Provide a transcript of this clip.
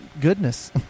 goodness